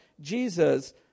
Jesus